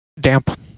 damp